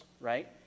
right